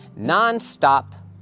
nonstop